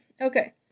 okay